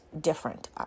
different